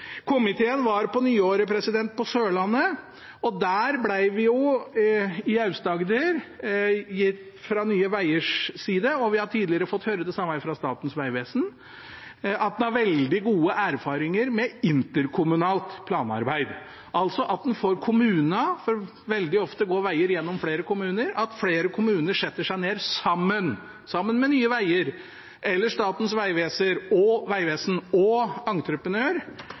Komiteen var på nyåret på Sørlandet. I Aust-Agder hørte vi fra Nye Veiers side, og vi har tidligere fått høre det samme fra Statens vegvesen, at en har veldig gode erfaringer med interkommunalt planarbeid, altså at flere kommuner – for veldig ofte går veger gjennom flere kommuner – setter seg ned sammen med Nye Veier eller Statens vegvesen og entreprenør